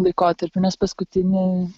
laikotarpiu nes paskutinį